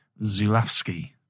Zulawski